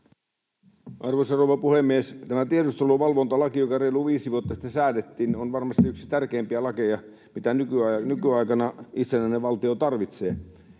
Arvoisa rouva puhemies! Tämä tiedusteluvalvontalaki, joka reilu viisi vuotta sitten säädettiin, on varmasti yksi tärkeimpiä lakeja, mitä nykyaikana itsenäinen valtio tarvitsee,